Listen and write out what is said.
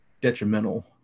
detrimental